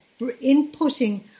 inputting